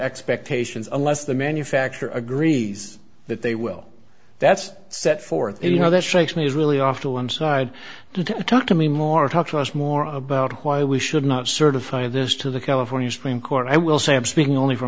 expectations unless the manufacturer agrees that they will that's set forth you know that strikes me is really off to one side to talk to me more talk to us more about why we should not certify this to the california supreme court i will say i'm speaking only for